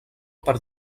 per